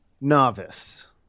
novice